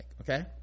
Okay